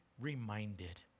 reminded